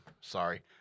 sorry